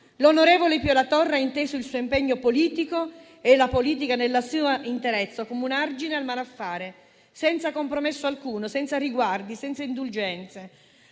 L'onorevole Pio La Torre ha inteso il suo impegno politico e la politica nella sua interezza come un argine al malaffare, senza compromesso alcuno, senza riguardi, senza indulgenze,